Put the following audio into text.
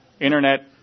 internet